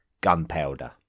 gunpowder